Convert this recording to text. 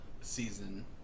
season